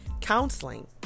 counseling